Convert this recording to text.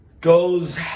goes